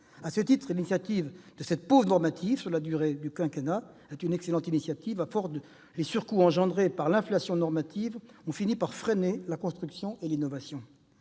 À ce titre, la pause normative prévue sur la durée du quinquennat est une excellente initiative. À force, les surcoûts engendrés par l'inflation normative ont fini par freiner la construction et l'innovation.